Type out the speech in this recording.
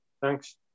thanks